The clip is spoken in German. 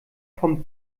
vom